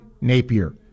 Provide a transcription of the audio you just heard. Napier